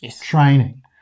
training